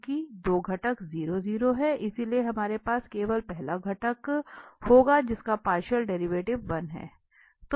चूंकि दो घटक 00 हैं इसलिए हमारे पास केवल पहला घटक होगा जिसका पार्शियल डेरिवेटिव 1 है